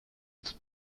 этот